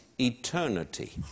Eternity